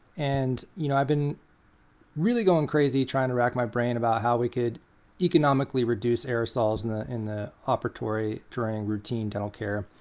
and you know i've been really going crazy trying to rack my brain about how we could economically reduce aerosols in the in the operatory during routine dental care.